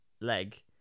leg